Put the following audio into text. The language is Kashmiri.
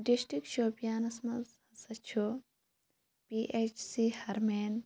ڈِسٹرک شوپیَنَس مَنٛز ہَسا چھُ پی ایٚچ سی ہرمین